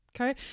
okay